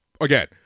again